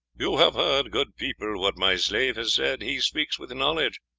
you have heard, good people, what my slave has said. he speaks with knowledge.